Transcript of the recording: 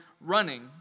running